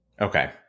Okay